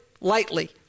lightly